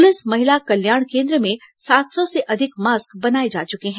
police महिला कल्याण केन्द्र में सात सौ से अधिक मास्क बनाए जा चुके हैं